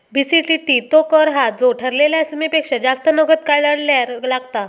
BCTT तो कर हा जो ठरलेल्या सीमेपेक्षा जास्त नगद काढल्यार लागता